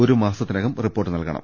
ഒരു മാസത്തിനകം റിപ്പോർട്ട് നൽകണം